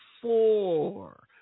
four